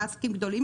שהעסקים הגדולים